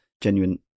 genuine